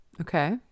Okay